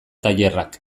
tailerrak